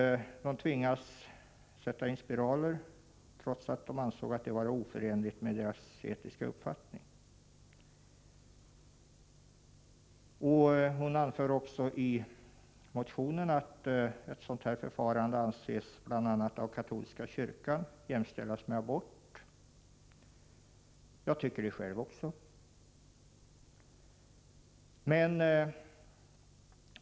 De tvingades sätta in spiraler, trots att de ansåg att det var oförenligt med deras etiska uppfattning. Linnea Hörlén anför i motionen att ett sådant förfarande av bl.a. katolska kyrkan jämställs med abort. Det tycker jag är riktigt.